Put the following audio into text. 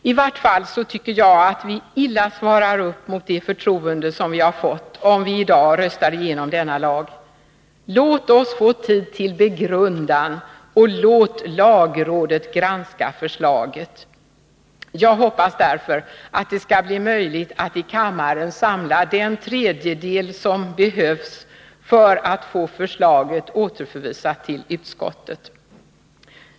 I vart fall tycker jag att vi illa svarar upp mot det förtroende som vi har fått, om vi i dag röstar igenom denna lag. Låt oss få tid till begrundan, och låt lagrådet granska förslaget! Jag hoppas därför att det skall bli möjligt att i karamaren samla den tredjedel som behövs för att få förslaget återförvisat till utskottet.